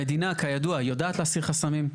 המדינה, כידוע, יודעת להסיר חסמים.